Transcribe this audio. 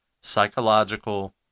psychological